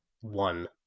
one